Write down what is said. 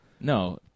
No